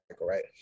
right